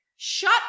Shut